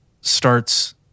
starts